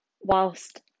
whilst